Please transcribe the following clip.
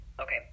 okay